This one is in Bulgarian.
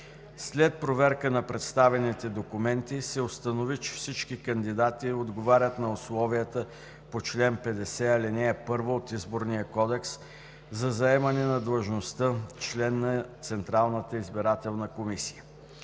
След проверка на представените документи се установи, че всички кандидати отговарят на условията по чл. 50, ал. 1 от Изборния кодекс за заемане на длъжността „член на Централната избирателна комисия“.